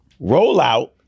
rollout